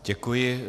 Děkuji.